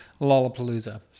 Lollapalooza